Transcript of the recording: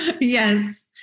Yes